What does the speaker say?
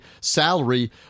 salary